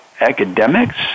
academics